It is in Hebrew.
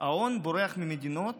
ההון בורח ממדינות